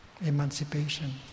emancipation